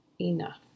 enough